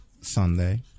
Sunday